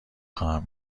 خواهم